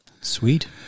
Sweet